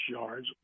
yards